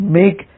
make